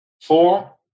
Four